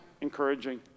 encouraging